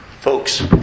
Folks